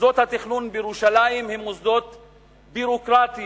מוסדות התכנון בירושלים הם מוסדות ביורוקרטיים,